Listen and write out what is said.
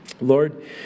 Lord